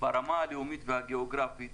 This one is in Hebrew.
ברמה הלאומית והגיאוגרפית